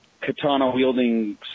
Katana-wielding